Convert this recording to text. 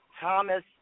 Thomas